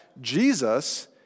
Jesus